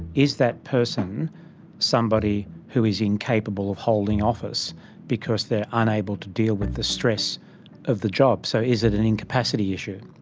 is that person somebody who is incapable of holding office because they're unable to deal with the stress of the job? so is it an incapacity issue?